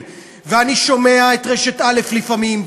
ואני שומע את רשת א' לפעמים,